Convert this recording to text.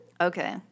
Okay